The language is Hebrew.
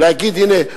להגיד: הנה,